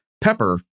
Pepper